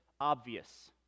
obvious